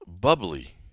Bubbly